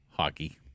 Hockey